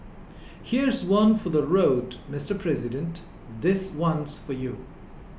here's one for the road Mister President this one's for you